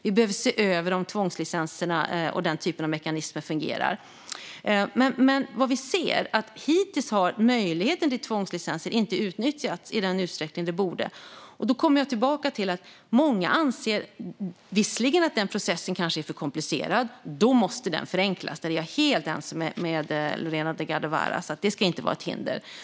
Vi behöver se över om tvångslicenserna och den typen av mekanismer fungerar. Men hittills har möjligheten till tvångslicenser inte utnyttjats i den utsträckning den borde. Många anser att processen är för komplicerad och måste förenklas. Där är jag helt ense med Lorena Delgado Varas. Detta ska inte vara ett hinder.